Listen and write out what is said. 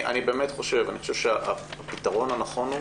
אני חושב שהפתרון הנכון הוא,